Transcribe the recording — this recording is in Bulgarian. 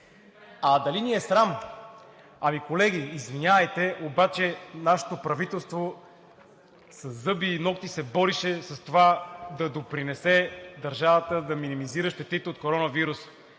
А дали ни е срам? Ами, колеги, извинявайте, обаче нашето правителство със зъби и нокти се бореше с това да допринесе държавата да минимизира щетите от коронавируса,